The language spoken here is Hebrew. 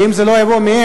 ואם זה לא יבוא מהם,